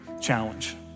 challenge